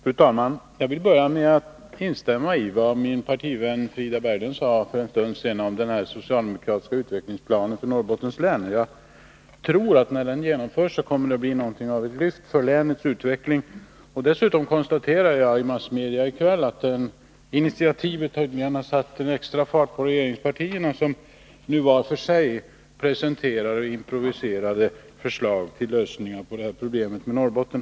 Fru talman! Jag vill börja med att instämma i vad min partivän Frida Berglund sade för en stund sedan om den socialdemokratiska utvecklingsplanen för Norrbottens län. Jag tror att när den genomförs kommer det att bli ett lyft för länets utveckling. Dessutom konstaterade jag efter att ha följt massmedia i kväll att det initiativet tydligen har satt en extra fart på regeringspartierna, som nu vart och ett för sig presenterar improviserade förslag till lösningar på problemet med Norrbotten.